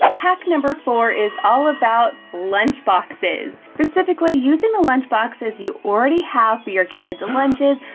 hack number four is all about lunchboxes. specifically using the lunchboxes you already have for your kids' lunches,